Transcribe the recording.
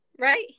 right